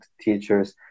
teachers